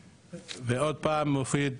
עוד פעם, מופיד,